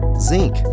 zinc